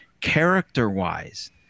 character-wise –